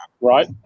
right